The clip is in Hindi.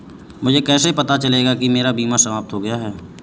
मुझे कैसे पता चलेगा कि मेरा बीमा समाप्त हो गया है?